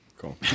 Cool